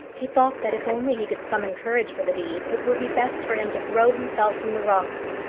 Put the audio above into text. he thought that if only he could summon courage for the deed, it would be best for him to throw himself from the rocks.